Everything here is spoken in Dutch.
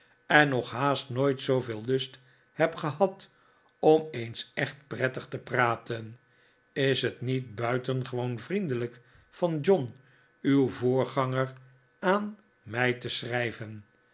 en nog haast nooit zooveel lust heb gehad om eens echt prettig te praten is het niet buitengewoon vriendelijk van john uw voorganger aan mij te schrijven